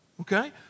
Okay